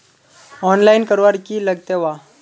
Online करवार की लगते वा?